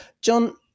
John